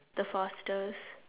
the fastest